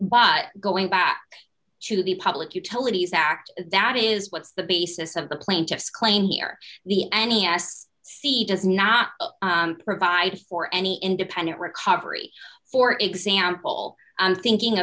but going back to the public utilities act that is what's the basis of the plaintiff's claim here the ne s c e does not provide for any independent recovery for example i'm thinking